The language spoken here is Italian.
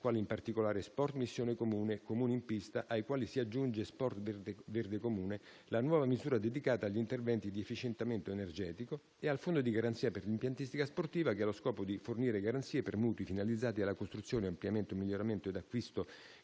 quali in particolare «Sport missione comune» e «Comuni in pista», ai quali si aggiunge «Sport verde comune», la nuova misura dedicata agli interventi di efficientamento energetico, e al Fondo di garanzia per l'impiantistica sportiva, che ha lo scopo di fornire garanzie per mutui finalizzati alla costruzione, ampliamento, miglioramento ed acquisto